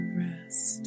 rest